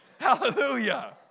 Hallelujah